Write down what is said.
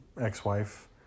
ex-wife